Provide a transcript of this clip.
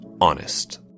Honest